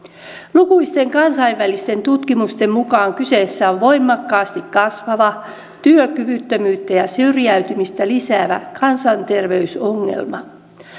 lukuisten kansainvälisten tutkimusten mukaan kyseessä on voimakkaasti kasvava työkyvyttömyyttä ja syrjäytymistä lisäävä kansanterveysongelma